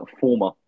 former